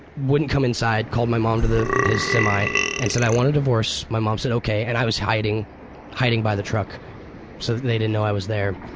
wouldn't come inside, called my mom to his semi and said i want a divorce. my mom said ok and i was hiding hiding by the truck so they didn't know i was there.